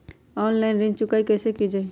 Online ऋण चुकाई कईसे की ञाई?